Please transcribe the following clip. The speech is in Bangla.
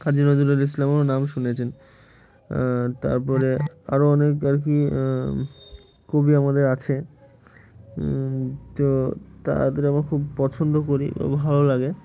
কাজী নজরুল ইসলামেরও নাম শুনেছেন তার পরে আরও অনেক আর কি কবি আমাদের আছে তো তাদের আমরা খুব পছন্দ করি বা ভালো লাগে